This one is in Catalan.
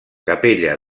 capella